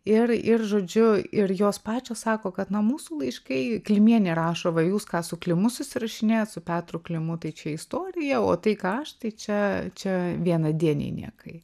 ir ir žodžiu ir jos pačios sako kad na mūsų laiškai klimienė rašo va jūs ką su klimu susirašinėjat su petru klimu tai čia istorija o tai ką aš tai čia čia vienadieniai niekai